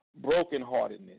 brokenheartedness